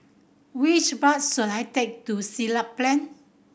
which bus should I take to Siglap Plain